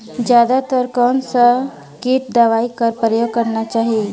जादा तर कोन स किट दवाई कर प्रयोग करना चाही?